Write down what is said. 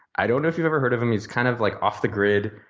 i don't know if you've ever heard of him he's kind of like off the grid.